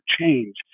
change